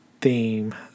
theme